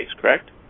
correct